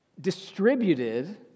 distributed